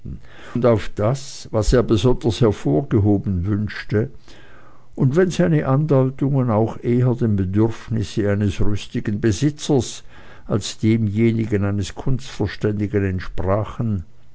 und auf das was er besonders hervorgehoben wünschte und wenn seine andeutungen auch eher dem bedürfnisse eines rüstigen besitzers als demjenigen eines kunstverständigen entsprachen